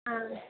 ആ